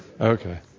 Okay